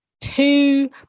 Two